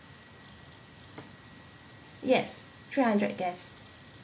yes three hundred guests